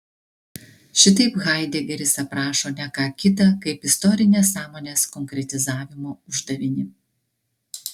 šitaip haidegeris aprašo ne ką kita kaip istorinės sąmonės konkretizavimo uždavinį